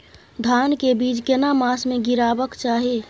धान के बीज केना मास में गीराबक चाही?